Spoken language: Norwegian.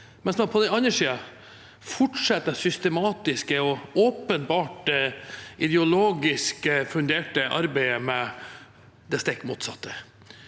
mens man på den andre siden fortsetter det systematiske og åpenbart ideologisk funderte arbeidet med det stikk motsatte.